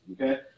okay